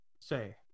Say